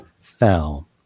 fell